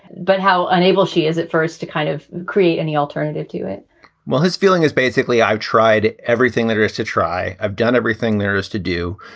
but how unable she is at first to kind of create any alternative to it well, his feeling is basically i've tried everything there is to try. i've done everything there is to do.